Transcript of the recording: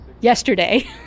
yesterday